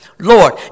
Lord